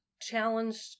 challenged